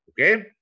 Okay